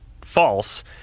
false